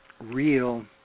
real